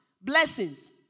Blessings